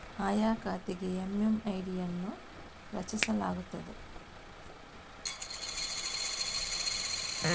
ಆಯಾ ಖಾತೆಗೆ ಎಮ್.ಎಮ್.ಐ.ಡಿ ಅನ್ನು ರಚಿಸಲಾಗುತ್ತದೆ